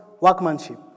workmanship